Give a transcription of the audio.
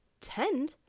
tend